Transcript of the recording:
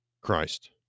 Christ